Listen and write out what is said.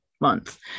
month